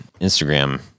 Instagram